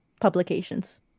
publications